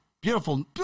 beautiful